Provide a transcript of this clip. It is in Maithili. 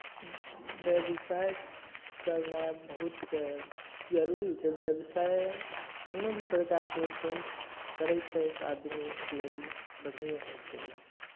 व्यवसाय कयनाइ बहुत जरूरी छै व्यवसाय कोनो भी प्रकारके होइ छै करै छै तऽ आदमीके लेल बढ़िएँ होइ छै